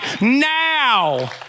now